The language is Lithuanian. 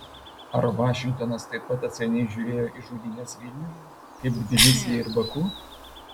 ar vašingtonas taip pat atsainiai žiūrėjo į žudynes vilniuje kaip tbilisyje ir baku